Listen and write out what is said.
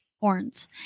horns